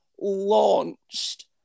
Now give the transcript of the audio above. launched